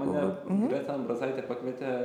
mane greta ambrazaitė pakvietė